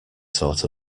sort